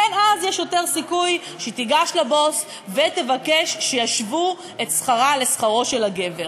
יש יותר סיכוי שהיא תיגש לבוס ותבקש שישוו את שכרה לשכרו של הגבר.